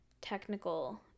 technical